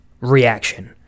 reaction